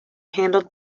handled